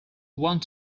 want